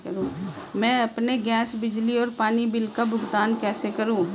मैं अपने गैस, बिजली और पानी बिल का भुगतान कैसे करूँ?